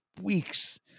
weeks